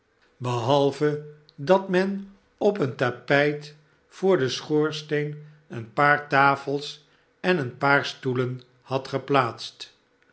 ehalve dat men op een tapijt voor den schoorsteen een paar tafels en een aantal stoelen had geplaatst